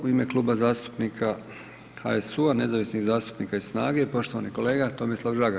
U ime Kluba zastupnika HSU-a, nezavisnih zastupnika i SNAGA-e poštovani kolega Tomislav Žagar.